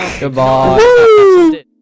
Goodbye